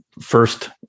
first